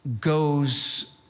goes